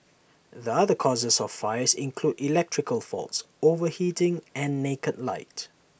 the other causes of fires include electrical faults overheating and naked light